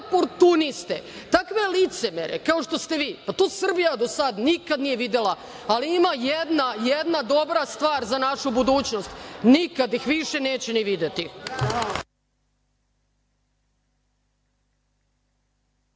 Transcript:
oportuniste, takve licemere kao što ste vi, to Srbija do sada nikada nije videla, ali ima jedna dobra stvar za našu budućnost nikad ih više neće ni videti.